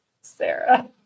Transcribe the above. Sarah